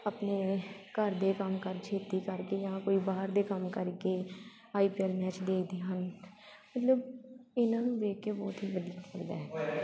ਆਪਣੇ ਘਰ ਦੇ ਕੰਮ ਕਾਰ ਛੇਤੀ ਕਰਕੇ ਜਾਂ ਕੋਈ ਬਾਹਰ ਦੇ ਕੰਮ ਕਰਕੇ ਆਈ ਪੀ ਐਲ ਮੈਚ ਦੇਖਦੇ ਹਨ ਮਤਲਬ ਇਹਨਾਂ ਨੂੰ ਦੇਖ ਕੇ ਬਹੁਤ ਹੀ ਵਧੀਆ ਲੱਗਦਾ ਹੈ